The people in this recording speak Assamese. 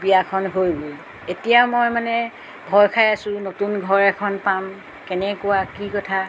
বিয়াখন হৈ গ'ল এতিয়া মই মানে ভয় খাই আছোঁ নতুন ঘৰ এখন পাম কেনেকুৱা কি কথা